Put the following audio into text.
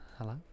Hello